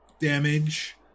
damage